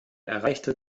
erreichte